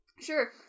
sure